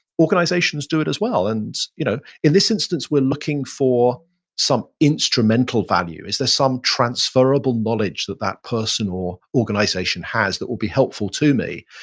organizations do it as well. and you know in this instance we're looking for some instrumental value. is there some transferable knowledge that that person or organization has that will be helpful to me?